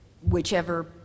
whichever